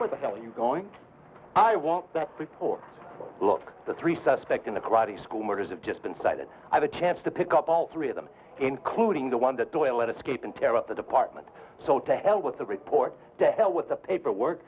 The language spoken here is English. where the hell are you going i want that report look the three suspects in the karate school murders of just been sighted have a chance to pick up all three of them including the one that doyle it escape and tear up the department so to hell with the report to hell with the paperwork